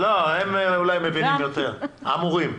לא, הם אולי מבינים יותר, אמורים.